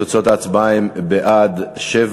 תוצאות ההצבעה הן: בעד, 7,